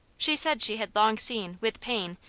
she said she had long seen, with pain,